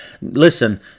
Listen